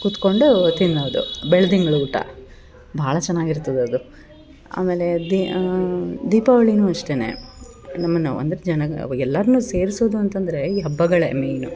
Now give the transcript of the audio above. ಕುತ್ಕೊಂಡು ತಿನ್ನೋದು ಬೆಳ್ದಿಂಗಳೂಟ ಭಾಳ ಚೆನ್ನಾಗಿರ್ತದದು ಆಮೇಲೆ ದಿ ದೀಪಾವಳಿ ಅಷ್ಟೇ ನಮ್ಮನ್ನು ನಾವು ಅಂದರೆ ಜನಗ ಎಲ್ಲರ್ನು ಸೇರ್ಸೋದು ಅಂತಂದರೆ ಈ ಹಬ್ಬಗಳೇ ಮೇಯ್ನು